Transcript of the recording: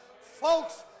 Folks